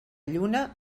lluna